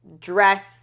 dress